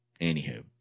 anywho